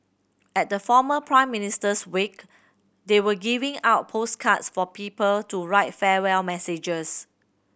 at the former Prime Minister's wake they were giving out postcards for people to write farewell messages